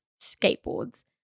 skateboards